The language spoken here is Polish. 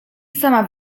sama